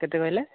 କେତେ କହିଲେ